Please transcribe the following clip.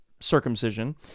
circumcision